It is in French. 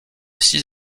six